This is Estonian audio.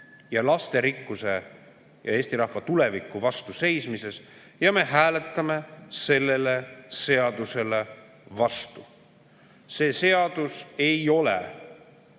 lasterikkuse ja Eesti rahva tuleviku vastu seismises. Me hääletame selle seaduse vastu. See seadus ei ole